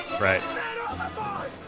Right